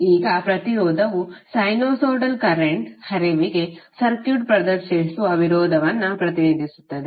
ಈಗ ಪ್ರತಿರೋಧವು sinusoidal current ಹರಿವಿಗೆ ಸರ್ಕ್ಯೂಟ್ ಪ್ರದರ್ಶಿಸುವ ವಿರೋಧವನ್ನು ಪ್ರತಿನಿಧಿಸುತ್ತದೆ